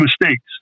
mistakes